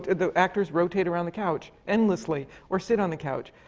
the actors rotate around the couch endlessly or sit on the couch.